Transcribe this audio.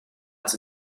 als